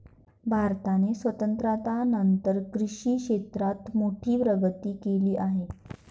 भारताने स्वातंत्र्यानंतर कृषी क्षेत्रात मोठी प्रगती केली आहे